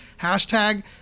Hashtag